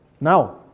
now